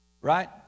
Right